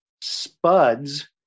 Spuds